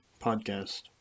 podcast